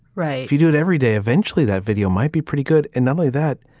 right. if you do it every day, eventually that video might be pretty good. and not only that.